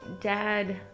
dad